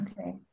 Okay